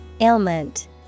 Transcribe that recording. Ailment